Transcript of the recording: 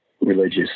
religious